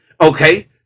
okay